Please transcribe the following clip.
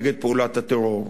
נגד פעולת הטרור,